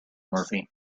murphy